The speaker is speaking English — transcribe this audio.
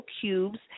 cubes